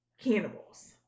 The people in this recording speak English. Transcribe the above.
cannibals